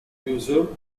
user